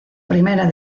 primera